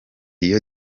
rio